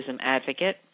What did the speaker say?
advocate